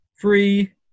Three